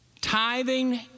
Tithing